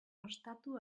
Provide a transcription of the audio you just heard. ostatu